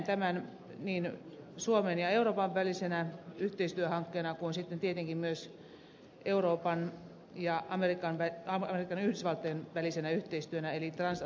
näen tämän niin suomen ja euroopan välisenä yhteistyöhankkeena kuin sitten tietenkin myös euroopan ja amerikan yhdysvaltojen välisenä yhteistyönä eli transatlanttisena yhteistyönä